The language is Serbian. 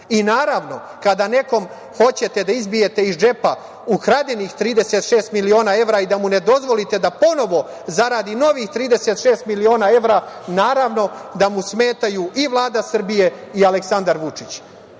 I, naravno, kada nekome hoćete da izbijete iz džepa ukradenih 36 miliona evra i da mu ne dozvolite da ponovo zaradi novih 36 miliona evra, naravno da mu smetaju i Vlada Srbije i Aleksandar Vučić. Ali,